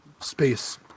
space